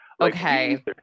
Okay